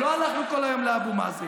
לא הלכנו כל היום לאבו מאזן.